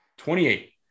28